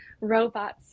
robots